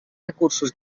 recursos